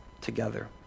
together